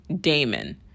Damon